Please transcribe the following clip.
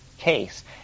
case